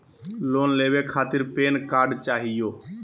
Loan लेवे खातीर PAN card चाहियो?